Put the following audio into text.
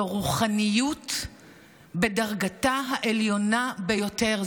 זו רוחניות בדרגתה העליונה ביותר,